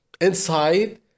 inside